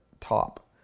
top